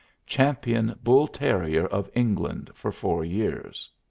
champion bull-terrier of england for four years.